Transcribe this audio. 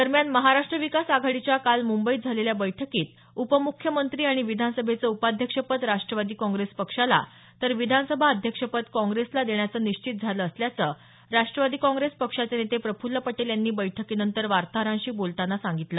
दरम्यान महाराष्ट्र विकास आघाडीच्या काल मुंबईत झालेल्या बैठकीत उपमुख्यमंत्री आणि विधानसभेचे उपाध्यक्षपद राष्ट्रवादी काँग्रेस पक्षाला तर विधानसभा अध्यक्षपद काँग्रेसला देण्याचं निश्चित झालं असल्याचं राष्ट्रवादी काँग्रेस पक्षाचे नेते प्रफुल्ल पटेल यांनी बैठकीनंतर वार्ताहरांशी बोलतांना सांगितलं